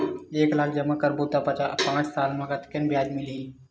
एक लाख जमा करबो त पांच साल म कतेकन ब्याज मिलही?